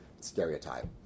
stereotype